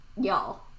y'all